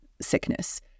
sickness